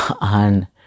on